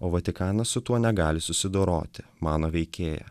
o vatikanas su tuo negali susidoroti mano veikėja